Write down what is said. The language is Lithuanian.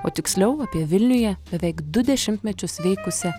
o tiksliau apie vilniuje beveik du dešimtmečius veikusią